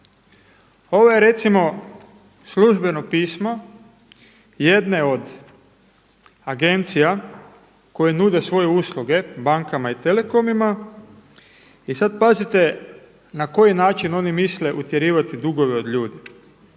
Ovo je recimo službeno pismo jedne od agencija koje nude svoje usluge bankama i telekomima i sada pazite na koji način oni misle utjerivati dugove od ljudi.